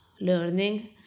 learning